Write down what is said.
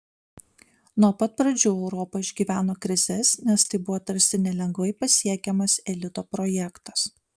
nuo pat pradžių europa išgyveno krizes nes tai buvo tarsi nelengvai pasiekiamas elito projektas